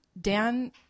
Dan